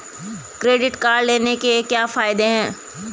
Credit card लेने के क्या फायदे हैं?